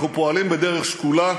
אנחנו פועלים בדרך שקולה,